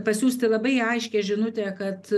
pasiųsti labai aiškią žinutę kad